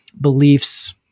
beliefs